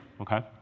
okay